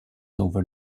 over